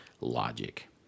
logic